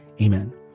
Amen